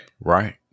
Right